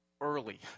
early